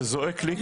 זה זועק לי,